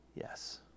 Yes